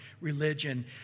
religion